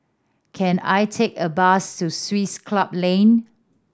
can I take a bus to Swiss Club Lane